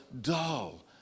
dull